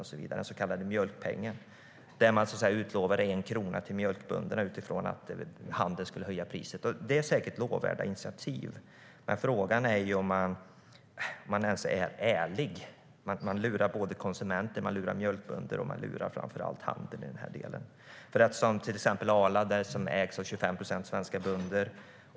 Där utlovades 1 krona till mjölkbönderna i form av mjölkpengen, eftersom handeln skulle höja priset. Det är säkert lovvärda initiativ, men frågan är om man ens är ärlig. Man lurar konsumenter, mjölkbönder och framför allt handeln i den här delen. Arla ägs till 25 procent av svenska bönder.